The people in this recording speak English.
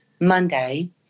Monday